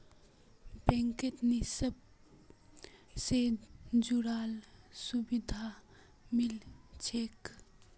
बैंकत निवेश से जुराल सुभिधा मिल छेक